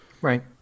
Right